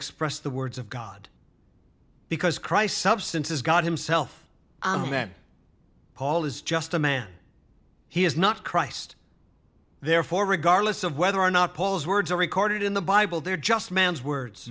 express the words of god because christ substance is god himself amen paul is just a man he is not christ therefore regardless of whether or not paul's words are recorded in the bible they're just man's words